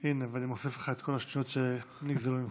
הינה, ואני מוסיף לך את כל השניות שנגזלו ממך.